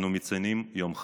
אנו מציינים יום חג.